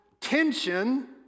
tension